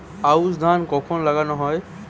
আউশ ধান কখন লাগানো হয়?